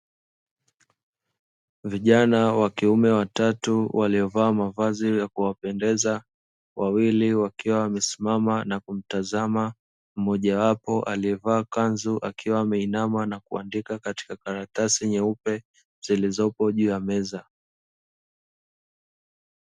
Vijana wa kiume watatu waliovaa mavazi ya kuwapendeza, wawili wakiwa wamesimama na kumtazama mmoja wapo aliyevaa kanzu akiwa ameinama na kuandika katika karatasi nyeupe zilizopo juu ya meza.